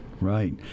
Right